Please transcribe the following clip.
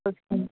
okay